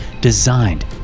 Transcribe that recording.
designed